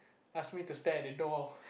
ask me to stand at the door